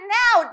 now